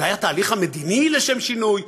אולי התהליך המדיני, לשם שינוי?